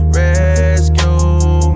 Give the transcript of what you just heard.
rescue